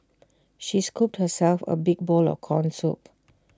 she scooped herself A big bowl of Corn Soup